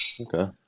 Okay